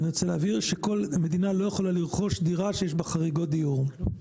אני רוצה להבהיר שהמדינה לא יכולה לרכוש דירה שיש בה חריגות דיור,